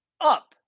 up